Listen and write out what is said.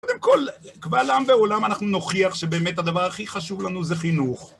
קודם כל, קבל עם ועולם אנחנו נוכיח שבאמת הדבר הכי חשוב לנו זה חינוך.